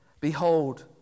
Behold